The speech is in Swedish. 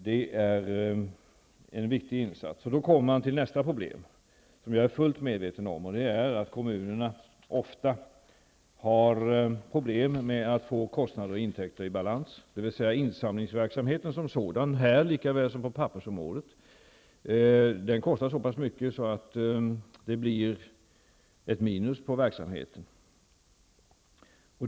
Det är en viktig insats, och då kommer man till nästa problem, som jag är fullt medveten om, och det är att kommunerna ofta har svårt att få kostnader och intäkter i balans. Insamlingsverksamheten som sådan, här lika väl som på pappersområdet, kostar så pass mycket att det blir ett minus på verksamheten.